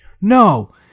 No